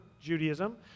Judaism